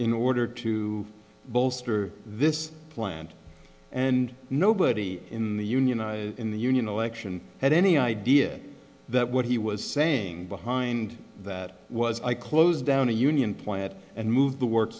in order to bolster this plant and nobody in the union in the union election had any idea that what he was saying behind that was i closed down a union plant and moved the work